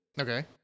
Okay